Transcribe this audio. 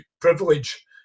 privilege